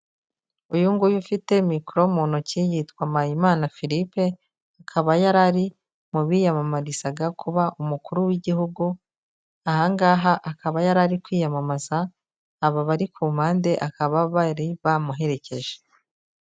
Uyu nguyu ufite mikoro mu ntoki yitwa MPAYIMANA Philippe, akaba yari ari mu biyamamarizaga kuba umukuru w'igihugu, aha ngaha akaba yari ari kwiyamamaza, aba bari ku mpande akaba bari bamuherekeje.